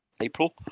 April